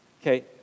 Okay